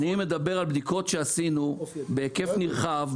אני מדבר על בדיקות שעשינו בהיקף נרחב,